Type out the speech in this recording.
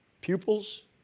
pupils